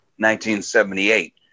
1978